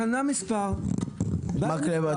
מקלב,